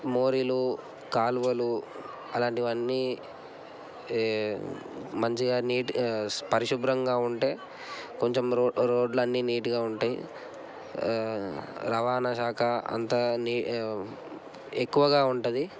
మోరీలు కాల్వలు అలాంటివి అన్నీ మంచిగా నీట్ పరిశుభ్రంగా ఉంటే కొంచెం రోడ్ రోడ్లు అన్నీ నీట్గా ఉంటాయి రవాణాశాఖ అంత నీ ఎక్కువగా ఉంటుంది